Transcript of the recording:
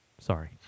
Sorry